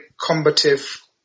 combative